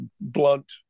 blunt